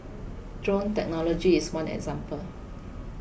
drone technology is one example